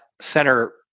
center